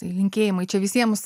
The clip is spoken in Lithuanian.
tai linkėjimai čia visiems